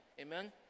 amen